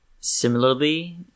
similarly